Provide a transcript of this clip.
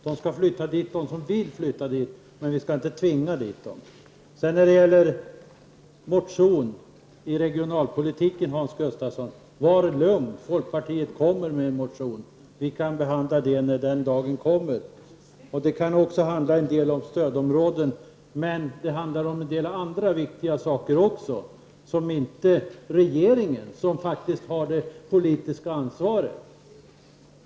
De som vill skall flytta dit, men vi skall inte tvinga dit dem. Hans Gustafsson talade om motioner angående regionalpolitik. Var lugn, folkpartiet kommer med en motion. Vi kan behandla den när den dagen kommer. Den kan till en del handla om stödområden, men den handlar också om andra viktiga saker, som regeringen, som faktiskt har det politiska ansvaret, inte tar upp.